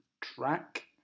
track